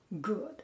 good